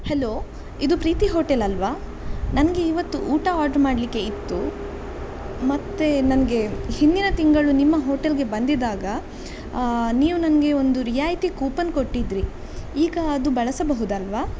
hello ಇದು Preethi hotel ಅಲ್ಲವಾ ನನಗೆ ಇವತ್ತು ಊಟ ಆರ್ಡರ್ ಮಾಡಲಿಕ್ಕೆ ಇತ್ತು ಮತ್ತು ನನಗೆ ಹಿಂದಿನ ತಿಂಗಳು ನಿಮ್ಮ ಹೋಟೆಲ್ಗೆ ಬಂದಿದ್ದಾಗ ನೀವು ನನಗೆ ಒಂದು ರಿಯಾಯಿತಿ ಕೂಪನ್ ಕೊಟ್ಟಿದ್ದಿರಿ ಈಗ ಅದು ಬಳಸಬಹುದಲ್ಲವಾ